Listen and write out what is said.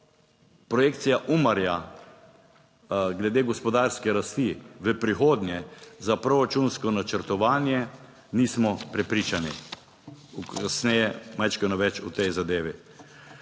projekcija Umarja glede gospodarske rasti v prihodnje za proračunsko načrtovanje, nismo prepričani; kasneje malce več o tej zadevi.